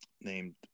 named